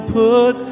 put